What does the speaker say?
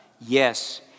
yes